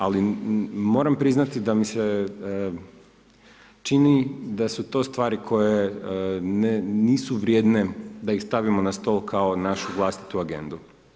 Ali, moram priznati da mi se čini, da su to stvari koje nisu vrijedne da ih stavimo na stol, kao našu vlastitu agendu.